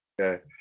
Okay